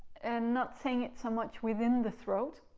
and not saying it so much within the throat,